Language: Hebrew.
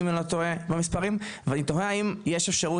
אם אני לא טועה במספרים ואני תוהה האם יש אפשרות